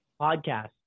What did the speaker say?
podcast